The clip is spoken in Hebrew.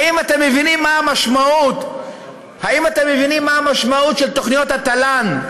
האם אתם מבינים מה המשמעות של תוכניות התל"ן,